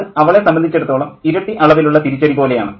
അത് അവളെ സംബന്ധിച്ചിടത്തോളം ഇരട്ടി അളവിലുള്ള തിരിച്ചടി പോലെയാണ്